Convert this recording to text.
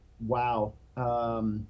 wow